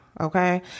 okay